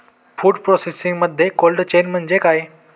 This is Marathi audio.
फूड प्रोसेसिंगमध्ये कोल्ड चेन म्हणजे काय?